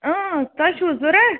اۭں تۄہہِ چھُو ضوٚرَتھ